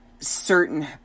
Certain